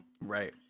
right